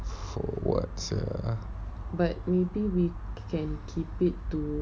for what sia